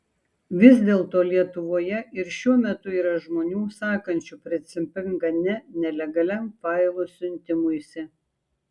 vis dėlto lietuvoje ir šiuo metu yra žmonių sakančių principingą ne nelegaliam failų siuntimuisi